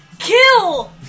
Kill